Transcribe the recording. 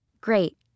Great